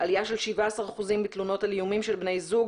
עלייה של 17% בתלונות על איומים של בני זוג